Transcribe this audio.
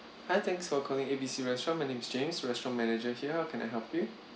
hi thanks for calling A B C restaurant my name is james restaurant manager here how can I help you